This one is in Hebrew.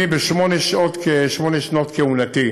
אני בשמונה שנות כהונתי,